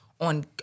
on